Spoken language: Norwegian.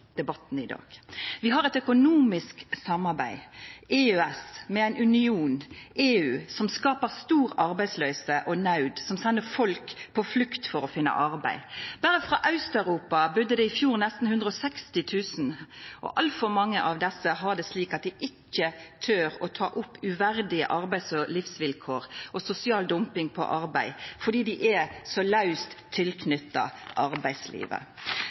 debatten i dag. Vi har eit økonomisk samarbeid, EØS, med ein union, EU, som skaper stor arbeidsløyse og naud, og som sender folk på flukt for å finna arbeid. Berre frå Aust-Europa var det i fjor nesten 160 000, og altfor mange av dei har det slik at dei ikkje tør å ta opp uverdige arbeids- og livsvilkår og sosial dumping på arbeid fordi dei er så laust knytte til arbeidslivet.